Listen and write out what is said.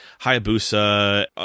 Hayabusa